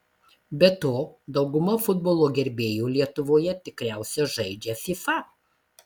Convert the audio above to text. be to dauguma futbolo gerbėjų lietuvoje tikriausiai žaidžia fifa